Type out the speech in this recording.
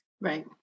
Right